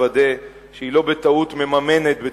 לוודא שהיא לא מממנת בטעות,